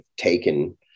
taken